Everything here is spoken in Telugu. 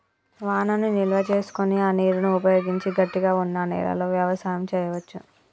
వానను నిల్వ చేసుకొని ఆ నీరును ఉపయోగించి గట్టిగ వున్నా నెలలో వ్యవసాయం చెయ్యవచు